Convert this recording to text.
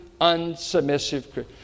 unsubmissive